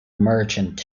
merchant